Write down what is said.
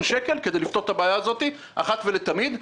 שקלים כדי לפתור את הבעיה הזאת אחת ולתמיד.